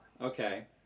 okay